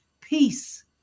peace